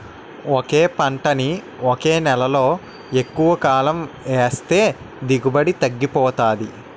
ఒకే పంటని ఒకే నేలలో ఎక్కువకాలం ఏస్తే దిగుబడి తగ్గిపోతాది